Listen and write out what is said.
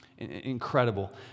incredible